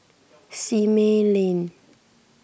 Simei Lane